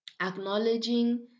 acknowledging